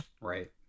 Right